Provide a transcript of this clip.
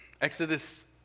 Exodus